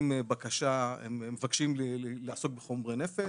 הם מבקשים לעסוק בחומרי נפץ,